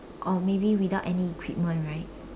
or maybe without any equipment right